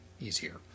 easier